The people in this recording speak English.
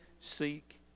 seek